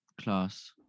class